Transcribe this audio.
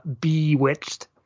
Bewitched